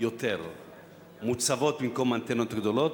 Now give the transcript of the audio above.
יותר מוצבות במקום האנטנות הגדולות,